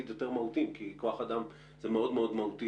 מהותיים כי כוח אדם זה מאוד מאוד מהותי,